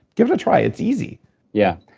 give it a try. it's easy yeah,